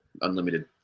unlimited